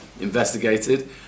investigated